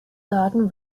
garden